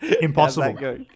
impossible